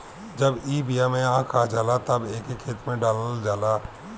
जब ई बिया में आँख आ जाला तब एके खेते में डालल जाला